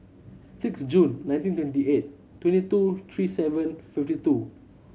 six June nineteen twenty eight twenty two three seven fifty two